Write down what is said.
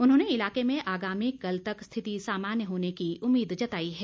उन्होंने इलाके में आगामी कल तक स्थिति सामान्य होने की उम्मीद जताई है